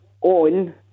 on